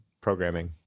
programming